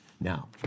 Now